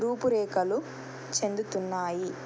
రూపురేఖలు చెందుతున్నాయి